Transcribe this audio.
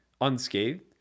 unscathed